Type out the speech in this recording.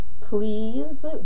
Please